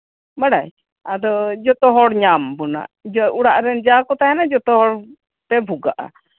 ᱵᱟᱲᱟᱭ ᱟᱫᱚ ᱡᱚᱛᱚ ᱦᱚᱲ ᱧᱟᱢ ᱵᱚᱱᱟ ᱚᱲᱟᱜ ᱨᱮᱱ ᱡᱟᱠᱚ ᱛᱟᱸᱦᱮᱱᱟ ᱡᱚᱛᱚᱦᱚᱲ ᱯᱮ ᱵᱷᱩᱜᱟᱜᱼᱟ